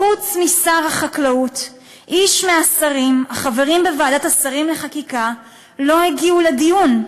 חוץ משר החקלאות איש מהשרים החברים בוועדת השרים לחקיקה לא הגיע לדיון.